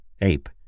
Ape